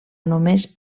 només